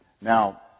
Now